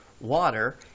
water